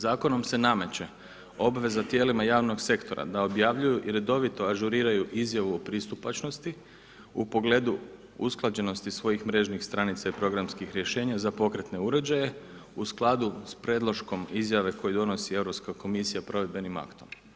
Zakonom se nameće obveza tijelima javnog sektora da objavljuju i redovito ažuriraju izjavu o pristupačnosti u pogledu usklađenosti svojih mrežnih stranica i programskih rješenja za pokretne uređaje u skladu sa predloškom izjave koju donosi Europska komisija provedbenim aktom.